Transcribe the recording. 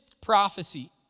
prophecy